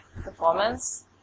performance